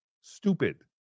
Stupid